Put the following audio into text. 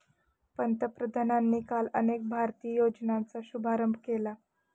पंतप्रधानांनी काल अनेक भारतीय योजनांचा शुभारंभ केला